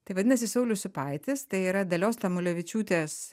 tai vadinasi saulius sipaitis tai yra dalios tamulevičiūtės